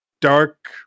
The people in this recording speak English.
dark